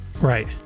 Right